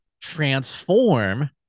transform